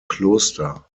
kloster